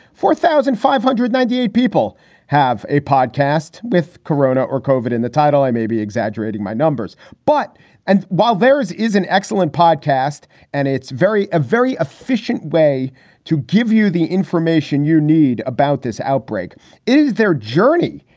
four thousand five hundred ninety eight people have a podcast with korona or koven in the title. i may be exaggerating my numbers, but and while there is is an excellent podcast and it's very a very efficient way to give you the information you need about this outbreak is their journey,